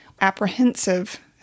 apprehensive